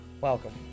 Welcome